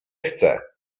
chce